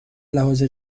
لحاظ